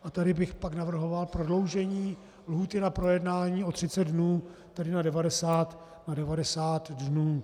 A tady bych pak navrhoval prodloužení lhůty na projednání o 30 dnů, tedy na 90 dnů.